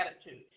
attitude